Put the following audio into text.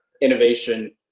innovation